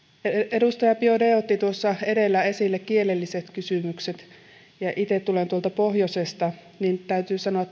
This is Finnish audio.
edustaja biaudet otti tuossa edellä esille kielelliset kysymykset kun itse tulen tuolta pohjoisesta niin täytyy sanoa